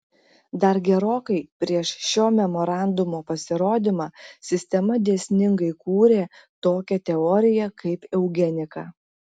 dar gerokai prieš šio memorandumo pasirodymą sistema dėsningai kūrė tokią teoriją kaip eugenika